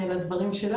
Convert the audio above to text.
יצטרפו אלינו עוד בהמשך.